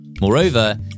Moreover